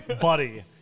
Buddy